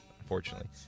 unfortunately